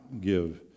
give